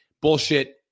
bullshit